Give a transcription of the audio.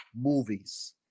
movies